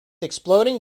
exploding